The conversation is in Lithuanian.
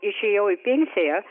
išėjau į pensiją